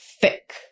thick